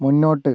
മുൻപോട്ട്